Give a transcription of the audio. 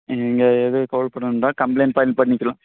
நீங்கள் இது ஹோல் பண்ண வேண்டாம் கம்ப்ளைண்ட் ஃபைல் பண்ணிக்கலாம்